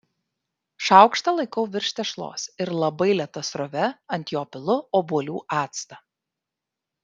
šaukštą laikau virš tešlos ir labai lėta srove ant jo pilu obuolių actą